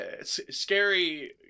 Scary